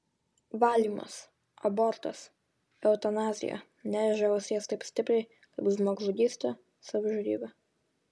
valymas abortas eutanazija nerėžia ausies taip stipriai kaip žmogžudystė savižudybė